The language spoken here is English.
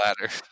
ladder